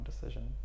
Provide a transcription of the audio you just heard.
decision